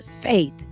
faith